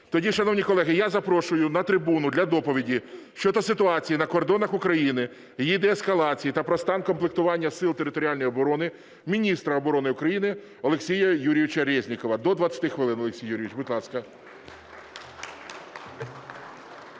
Тоді, шановні колеги, я запрошую на трибуну для доповіді щодо ситуації на кордонах України, її деескалації та про стан комплектування Сил територіальної оборони міністра оборони України Олексія Юрійовича Резнікова. До 20 хвилин, Олексій Юрійович, будь ласка.